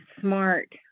smart